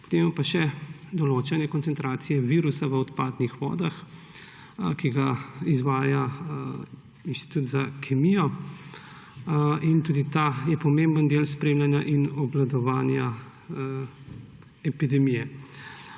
imamo pa še določanje koncentracije virusa v odpadnih vodah, ki ga izvaja Inštitut za kemijo. Tudi ta je pomemben del spremljanja in obvladovanja epidemije.